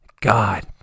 God